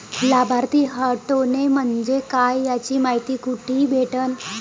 लाभार्थी हटोने म्हंजे काय याची मायती कुठी भेटन?